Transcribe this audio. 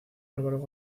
álvaro